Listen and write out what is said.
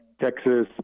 Texas